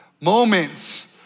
moments